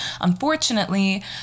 Unfortunately